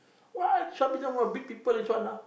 what some prison warden beat people this one lah